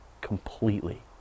completely